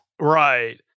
Right